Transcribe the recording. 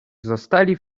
zostali